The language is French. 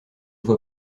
vois